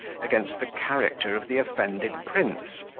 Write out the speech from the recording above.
against the character of the offended prince,